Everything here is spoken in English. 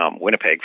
Winnipeg